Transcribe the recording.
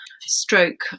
stroke